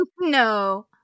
no